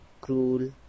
cruel